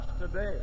today